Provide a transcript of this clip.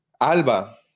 Alba